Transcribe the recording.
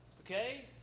okay